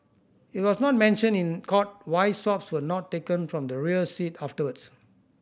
it was not mentioned in court why swabs were not taken from the rear seat afterwards